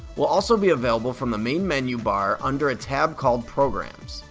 will also be available from the main menu bar under a tab called programs.